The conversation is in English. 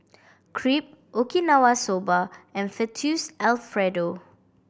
Crepe Okinawa Soba and Fettuccine Alfredo